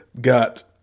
Got